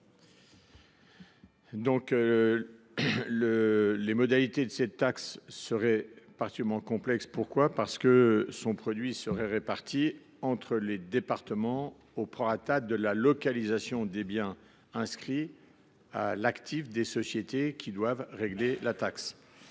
Les modalités de cette taxe seraient particulièrement complexes, car son produit serait réparti entre les départements au prorata de la localisation des biens inscrits à l’actif des sociétés qui devraient s’en